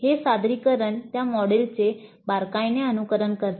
हे सादरीकरण त्या मॉडेलचे बारकाईने अनुसरण करते